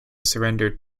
surrendered